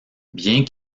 bien